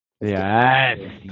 Yes